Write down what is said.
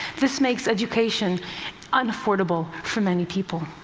this makes education unaffordable for many people.